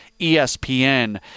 ESPN